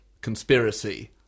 conspiracy